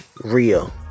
real